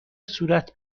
صورت